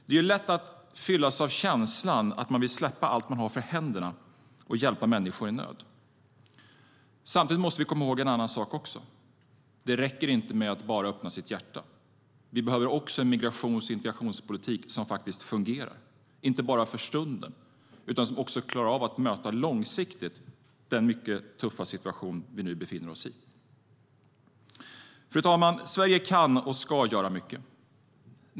Det är lätt att fyllas av känslan att man vill släppa allt man har för händerna och hjälpa människor i nöd. Samtidigt måste vi komma ihåg en annan sak. Det räcker inte med att bara öppna sitt hjärta. Det behövs också en migrations och integrationspolitik som faktiskt fungerar, inte bara för stunden utan som också långsiktigt klarar av att möta den mycket tuffa situation som vi befinner oss i. Fru talman! Sverige kan och ska göra mycket.